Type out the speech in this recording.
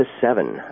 seven